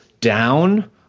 down